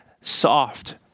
soft